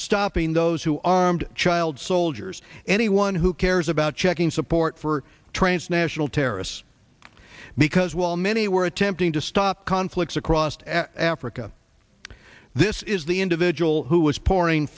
stopping those who are armed child soldiers anyone who cares about checking support for transnational terrorists because while many were attempting to stop conflicts across africa this is the individual who is pouring